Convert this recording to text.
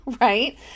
right